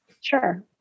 Sure